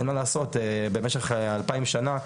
אין מה לעשות במשך 2000 שנה,